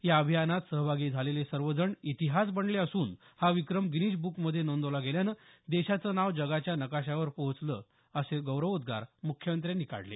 या अभियानात सहभागी झालेले सर्व जण इतिहास बनले असून हा विक्रम गिनीज बुकमध्ये नोंदवला गेल्यानं देशाचं नाव जगाच्या नकाशावर पोहोचलं असे गौरवोद्रार मुख्यमंत्र्यांनी काढले